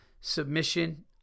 submission